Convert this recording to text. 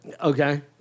Okay